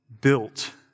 built